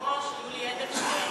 היושב-ראש יולי אדלשטיין,